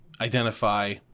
identify